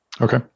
Okay